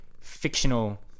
fictional